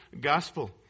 gospel